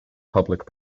public